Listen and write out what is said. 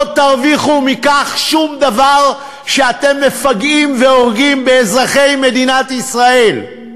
לא תרוויחו שום דבר מכך שאתם מפגעים והורגים באזרחי מדינת ישראל.